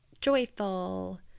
joyful